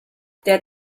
der